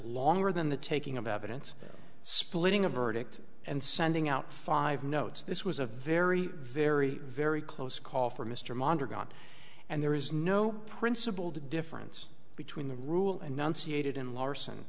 longer than the taking of evidence splitting a verdict and sending out five notes this was a very very very close call for mr mondale got and there is no principled difference between the rule enunciated in lars